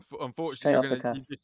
unfortunately